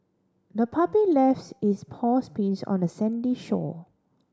the puppy left its paw prints on the sandy shore